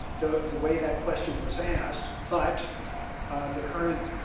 the the way that question was asked. but the current